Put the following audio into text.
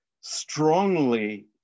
strongly